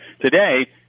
today